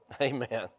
Amen